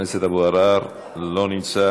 עראר, אינו נוכח,